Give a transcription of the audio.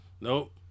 Nope